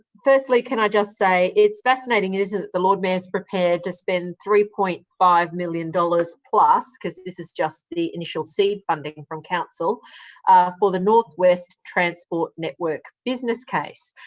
firstly, can i just say it's fascinating, isn't it, the lord mayor is prepared to spend three point five million dollars plus because this is just the the initial seed funding from council for the north west transport network business case,